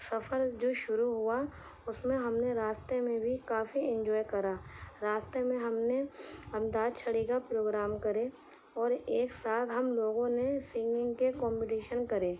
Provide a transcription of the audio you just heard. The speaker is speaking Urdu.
سفر جو شروع ہوا اس میں ہم نے راستے میں بھی کافی انجوائے کرا راستے میں ہم نے انتاکچھری کا پروگرام کرے اور ایک ساتھ ہم لوگوں نے سنگنگ کے کامپٹیشن کرے